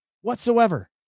whatsoever